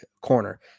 corner